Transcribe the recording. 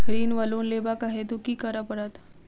ऋण वा लोन लेबाक हेतु की करऽ पड़त?